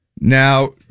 Now